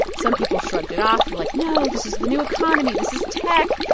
some people shrugged it off. they're like, no, this is the new economy. this is tech.